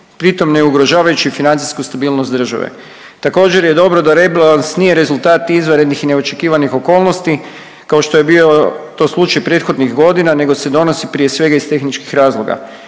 pritom ne ugrožavajući financijsku stabilnost države. Također je dobro da rebalans nije rezultat izvanrednih i neočekivanih okolnosti kao što je bio to slučaj prethodnih godina nego se donosi prije svega iz tehničkih razloga.